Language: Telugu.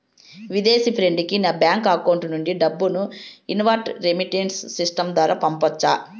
విదేశీ ఫ్రెండ్ కి నా బ్యాంకు అకౌంట్ నుండి డబ్బును ఇన్వార్డ్ రెమిట్టెన్స్ సిస్టం ద్వారా పంపొచ్చా?